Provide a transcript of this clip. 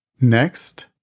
next